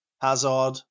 Hazard